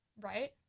right